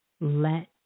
let